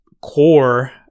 core